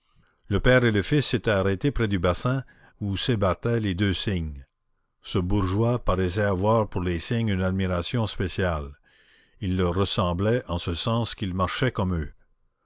le père et le fils s'étaient arrêtés près du bassin où s'ébattaient les deux cygnes ce bourgeois paraissait avoir pour les cygnes une admiration spéciale il leur ressemblait en ce sens qu'il marchait comme eux